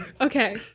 Okay